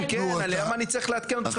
כן, כן, למה אני צריך לעדכן אתכם כל פעם?